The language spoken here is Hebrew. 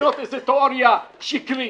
לבנות איזו תיאוריה שקרית.